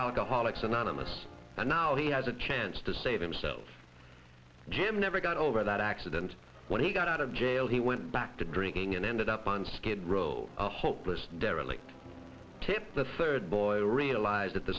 alcoholics anonymous and now he has a chance to save himself jim never got over that accident when he got out of jail he went back to drinking and ended up on skid row a hopeless derelict tipped the third boy realized at the